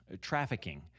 trafficking